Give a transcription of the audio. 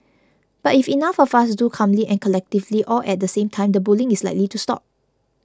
but if enough of us do calmly and collectively all at the same time the bullying is likely to stop